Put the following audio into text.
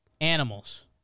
Animals